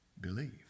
believe